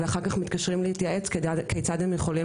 ואחר כך מתקשרים להתייעץ כיצד הם יכולים